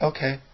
Okay